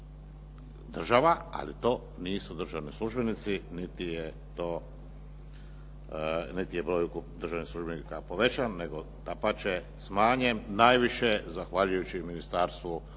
država ali to nisu državni službenici niti je broj državnih službenika povećan, nego dapače smanjen najviše zahvaljujući Ministarstvu